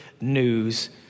news